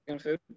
food